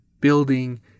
building